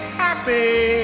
happy